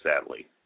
sadly